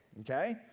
Okay